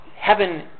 Heaven